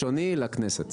לכנסת.